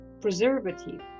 preservative